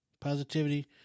Positivity